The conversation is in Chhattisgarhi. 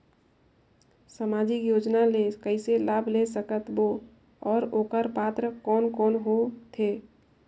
समाजिक योजना ले कइसे लाभ ले सकत बो और ओकर पात्र कोन कोन हो थे?